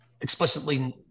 explicitly